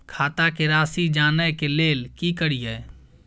खाता के राशि जानय के लेल की करिए?